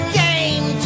game